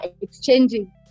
exchanging